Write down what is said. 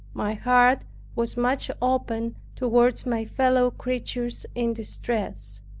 my heart was much opened toward my fellow creatures in distress.